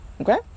Okay